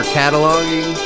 cataloging